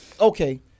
okay